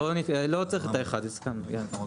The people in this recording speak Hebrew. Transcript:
בסר לא צריך את ה-1, הסכמו בסדר.